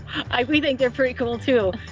i mean think they're pretty cool too.